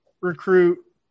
recruit